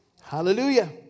Hallelujah